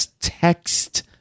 text